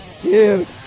dude